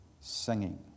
singing